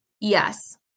Yes